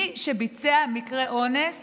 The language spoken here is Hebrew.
מי שביצע אונס